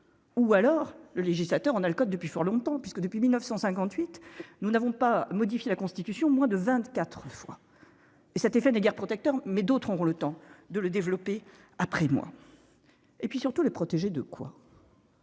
ou alors le législateur, on a le code depuis fort longtemps, puisque depuis 1958 nous n'avons pas modifier la Constitution, moins de 24 fois et ça été fait, n'est guère protecteur, mais d'autres ont le temps de le développer après moi et puis, surtout, les protégés de quoi.